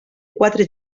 quatre